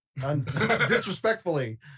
disrespectfully